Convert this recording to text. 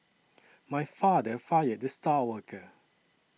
my father fired the star worker